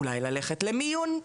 אולי ללכת למיון,